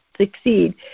succeed